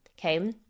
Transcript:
okay